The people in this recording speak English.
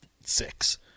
six